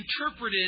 interpreted